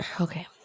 Okay